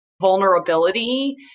vulnerability